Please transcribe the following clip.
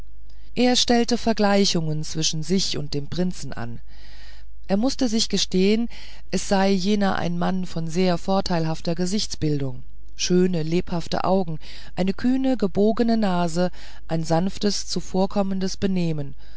er stellte vergleichungen zwischen sich und dem prinzen an er mußte sich gestehen es sei jener ein mann von sehr vorteilhafter gesichtsbildung schöne lebhafte augen eine kühn gebogene nase ein sanftes zuvorkommendes benehmen